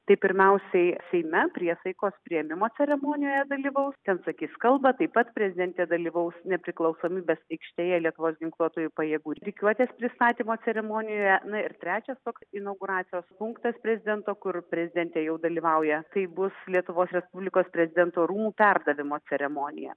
tai pirmiausiai seime priesaikos priėmimo ceremonijoje dalyvaus ten sakys kalbą taip pat prezidentė dalyvaus nepriklausomybės aikštėje lietuvos ginkluotųjų pajėgų rikiuotės pristatymo ceremonijoje na ir trečias toks inauguracijos punktas prezidento kur prezidentė jau dalyvauja kai bus lietuvos respublikos prezidento rūmų perdavimo ceremonija